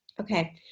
Okay